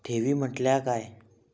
ठेवी म्हटल्या काय?